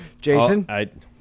Jason